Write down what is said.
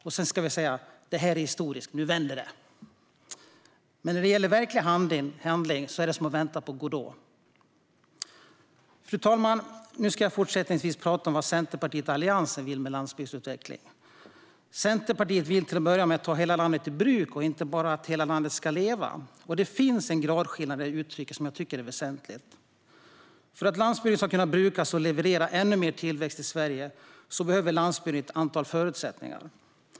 Därefter ska vi säga: "Detta är historiskt. Nu vänder det!" Men när det gäller verklig handling är det som att vänta på Godot. Fru talman! Jag tänker nu säga något om vad Centerpartiet och Alliansen vill med landsbygdsutveckling. Centerpartiet vill till att börja med ta hela landet i bruk, inte bara att hela landet ska leva. Det finns en gradskillnad i uttrycken som jag tycker är väsentlig. För att landsbygden ska kunna brukas och leverera ännu mer tillväxt till Sverige behöver landsbygden ett antal förutsättningar.